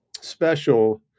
special